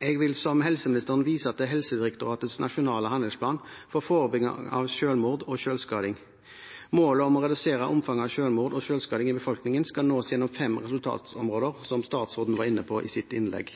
Jeg vil – som helseministeren – vise til Helsedirektoratets nasjonale handlingsplan for forebygging av selvmord og selvskading. Målet om å redusere omfanget av selvmord og selvskading i befolkningen skal nås gjennom fem resultatområder, som statsråden var inne på i sitt innlegg.